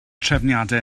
trefniadau